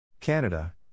Canada